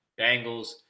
Bengals